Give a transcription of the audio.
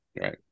Right